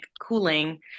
cooling